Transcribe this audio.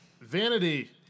Vanity